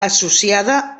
associada